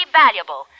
valuable